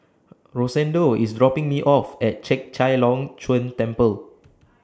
Rosendo IS dropping Me off At Chek Chai Long Chuen Temple